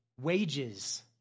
wages